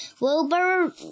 Wilbur